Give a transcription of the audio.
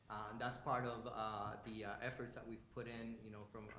that's part of the efforts that we've put in you know from